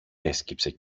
έσκυψε